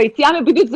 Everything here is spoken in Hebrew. ביציאה מהבידוד,